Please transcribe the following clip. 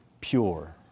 pure